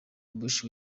bush